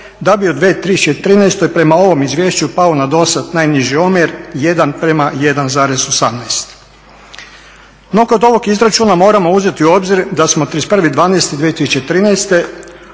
da bi u 2013. prema ovom izvješću pao na dosad najniži omjer 1:1,18. No kod ovog izračuna moramo uzeti u obzir da smo 31. 12. 2013.